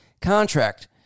contract